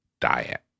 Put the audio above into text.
diet